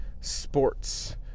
sports